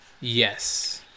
yes